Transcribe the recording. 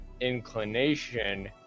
inclination